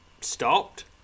stopped